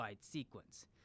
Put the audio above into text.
sequence